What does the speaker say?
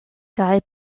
kaj